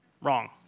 Wrong